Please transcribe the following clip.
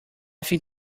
think